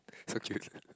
so cute